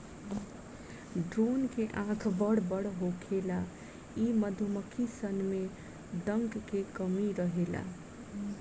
drone के आँख बड़ बड़ होखेला इ मधुमक्खी सन में डंक के कमी रहेला